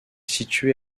situé